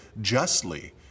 justly